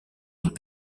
les